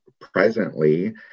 presently